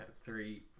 three